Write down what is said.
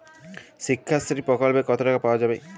শিক্ষাশ্রী প্রকল্পে কতো টাকা পাওয়া যাবে?